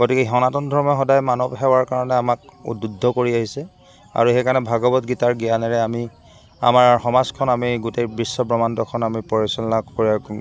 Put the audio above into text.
গতিকে সনাতন ধৰ্মই সদায় মানৱ সেৱাৰ কাৰণে আমাক উদ্বুধ কৰি আহিছে আৰু সেইকাৰণে ভাগৱত গীতাৰ জ্ঞানেৰে আমি আমাৰ সমাজখন আমি গোটেই বিশ্ব ব্ৰহ্মাণ্ডখন আমি পৰিচালনা কৰি ৰাখোঁ